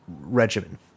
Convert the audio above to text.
regimen